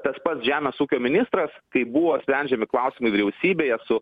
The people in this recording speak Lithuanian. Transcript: tas pats žemės ūkio ministras kaip buvo sprendžiami klausimai vyriausybėje su